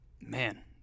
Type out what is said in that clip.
Man